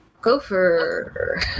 Gopher